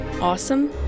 Awesome